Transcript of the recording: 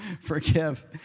forgive